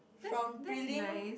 from prelim